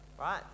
right